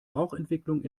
rauchentwicklung